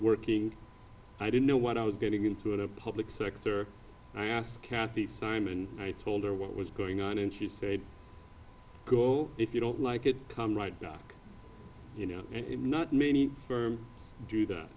working i didn't know what i was getting into a public sector i asked kathy simon i told her what was going on and she said if you don't like it come right back you know not many do that